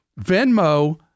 Venmo